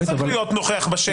לא צריך להיות נוכח בשטח.